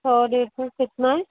और एक और कितना है